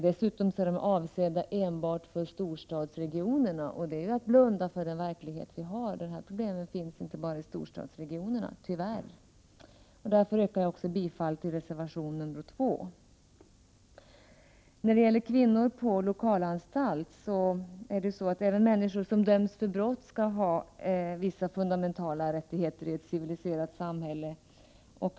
Dessutom är de avsedda enbart för storstadsregionerna, och det är att blunda för den verklighet vi har: Det här problemet finns inte bara i storstadsregionerna — tyvärr. Därför yrkar jag bifall också till reservation nr 2. Så till Kvinnor på lokalanstalt. Även människor som döms för brott skall ha vissa fundamentala rättigheter i ett civiliserat samhälle.